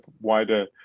wider